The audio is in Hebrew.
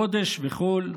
קודש וחול,